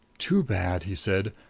too bad! he said.